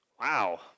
Wow